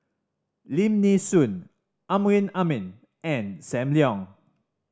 Lim Nee Soon Amrin Amin and Sam Leong